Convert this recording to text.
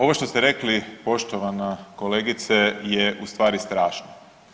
Ovo što ste rekli poštovana kolegice je u stvari strašno.